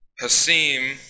Hasim